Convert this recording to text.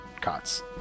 Cots